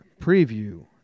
preview